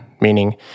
meaning